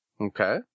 okay